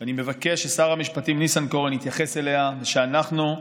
שאני מבקש ששר המשפטים ניסנקורן יתייחס אליה ושאנחנו,